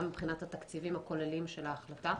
גם מבחינת התקציבים הכוללים של ההחלטה,